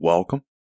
Welcome